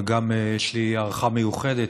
וגם יש לי הערכה מיוחדת,